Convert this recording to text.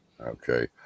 Okay